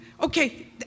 Okay